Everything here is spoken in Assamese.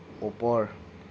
ওপৰ